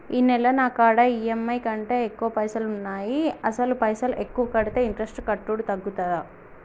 ఈ నెల నా కాడా ఈ.ఎమ్.ఐ కంటే ఎక్కువ పైసల్ ఉన్నాయి అసలు పైసల్ ఎక్కువ కడితే ఇంట్రెస్ట్ కట్టుడు తగ్గుతదా?